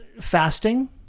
fasting